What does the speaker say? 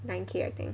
nine K I think